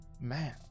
man